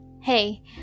Hey